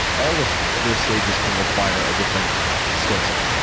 all of those stages can require a different skillset,